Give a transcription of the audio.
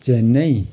Chennai